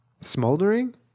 Smoldering